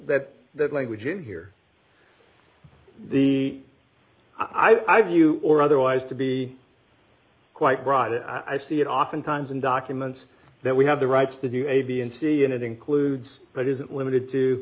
that that language in here the i view or otherwise to be quite right and i see it oftentimes in documents that we have the right to do a b and c and it includes but isn't limited to